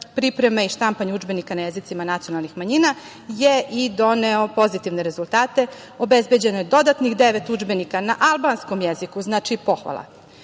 pripreme i štampanje udžbenika na jezicima nacionalnih manjina je i doneo pozitivne rezultate, obezbeđeno je dodatnih devet udžbenika na albanskom jeziku, znači,